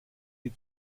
die